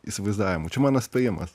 įsivaizdavimu čia mano spėjimas